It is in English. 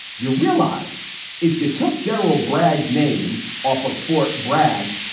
you realize if you took general braggs name off of fort bragg,